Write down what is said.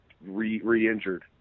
re-injured